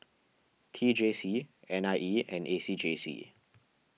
T J C N I E and A C J C